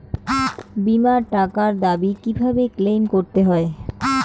বিমার টাকার দাবি কিভাবে ক্লেইম করতে হয়?